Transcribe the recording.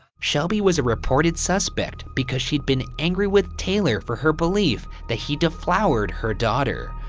shelby was a reported suspect because she'd been angry with taylor for her belief that he deflowered her daughter.